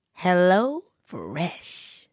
HelloFresh